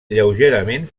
lleugerament